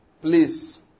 Please